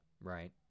right